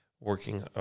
working